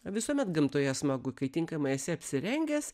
visuomet gamtoje smagu kai tinkamai esi apsirengęs